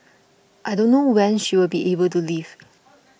i don't know when she will be able to leave